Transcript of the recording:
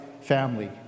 family